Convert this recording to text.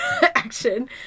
action